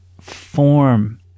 form